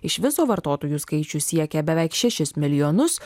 iš viso vartotojų skaičius siekia beveik šešis milijonus